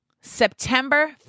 September